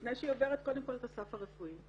לפני שהיא עוברת קודם את הסף הרפואי.